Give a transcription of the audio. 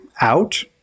out